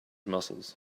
muscles